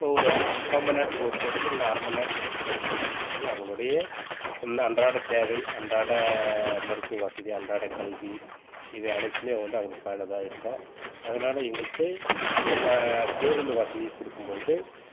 ஒரு முக்காமணி நேரத்துக்கு ஒரு பேருந்து இல்லை அரமணி நேரத்துக்கு ஒரு பேருந்து கொடுக்கும் பொழுது அவங்களுடைய அன்றாட தேவை அன்றாட மருத்துவ வசதி அன்றாட கல்வி இவை அனைத்துமே வந்து அவங்களுக்கு பயனுள்ளதாக இருக்கும் அதனால் எங்களுக்கு இந்த பா பேருந்து வசதி கொடுக்கும் பொழுது